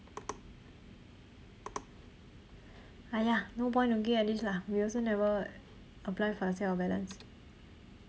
!aiya! no point looking at this lah we also never apply for the sale of balance